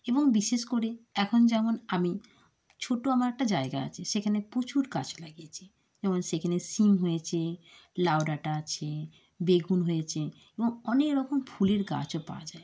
এবং বিশেষ করে এখন যেমন আমি ছোট আমার একটা জায়গা আছে সেখানে প্রচুর গাছ লাগিয়েছি যেমন সেখানে শিম হয়েছে লাউ ডাঁটা আছে বেগুন হয়েছে এবং অনেক রকম ফুলের গাছও পাওয়া যায়